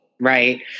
Right